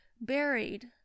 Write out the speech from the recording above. buried